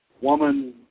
woman